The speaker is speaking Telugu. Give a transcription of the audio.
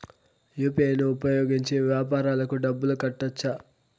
యు.పి.ఐ ను ఉపయోగించి వ్యాపారాలకు డబ్బులు కట్టొచ్చా?